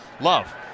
Love